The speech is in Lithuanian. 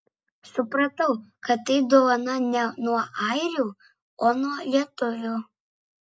supratau kad tai dovana ne nuo airių o nuo lietuvių